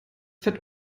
fett